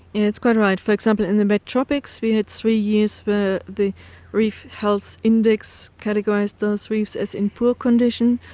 yeah that's quite right, for example in the wet tropics we had three years where the reef health index categorised those reefs as in poor condition,